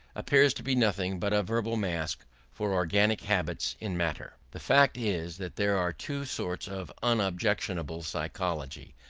appears to be nothing but a verbal mask for organic habits in matter. the fact is that there are two sorts of unobjectionable psychology,